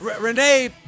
Renee